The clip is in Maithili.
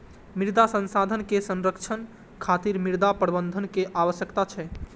मृदा संसाधन के संरक्षण खातिर मृदा प्रबंधन के आवश्यकता छै